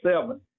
seven